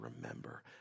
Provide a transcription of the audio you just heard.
remember